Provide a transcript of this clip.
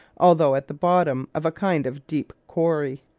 although at the bottom of a kind of deep quarry.